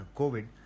covid